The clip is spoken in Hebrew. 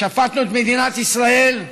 ושפטנו את מדינת ישראל,